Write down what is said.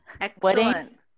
Excellent